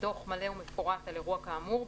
דוח מלא ומפורט על אירוע כאמור ,